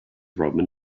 roman